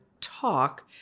talk